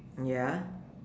ya